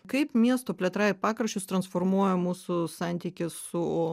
kaip miesto plėtra į pakraščius transformuoja mūsų santykį su